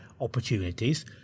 opportunities